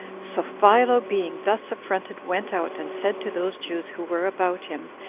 so philo being thus affronted, went out, and said to those jews who were about him,